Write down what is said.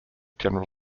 general